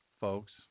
folks